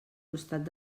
costat